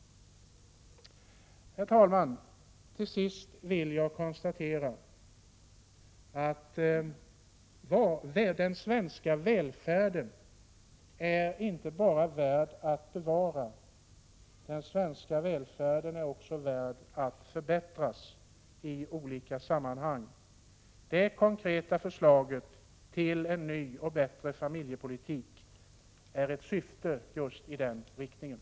Herr talman! Till sist vill jag konstatera följande. Den svenska välfärden är inte bara värd att bevara — den svenska välfärden är också värd att förbättras i olika sammanhang. Det konkreta förslaget till en ny och bättre familjepolitik har just det syftet.